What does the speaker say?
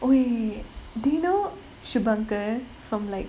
oh ya ya ya did you know shubankar from like